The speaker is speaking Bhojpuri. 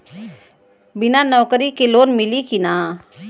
बिना नौकरी के लोन मिली कि ना?